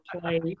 play